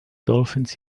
dolphins